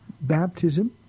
baptism